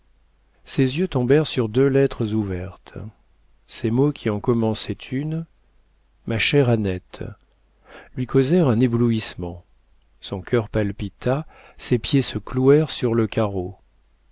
ses yeux tombèrent sur deux lettres ouvertes ces mots qui en commençaient une ma chère annette lui causèrent un éblouissement son cœur palpita ses pieds se clouèrent sur le carreau